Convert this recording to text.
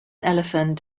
elephant